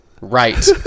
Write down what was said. right